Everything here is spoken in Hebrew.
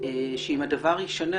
שאם הדבר יישנה,